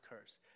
curse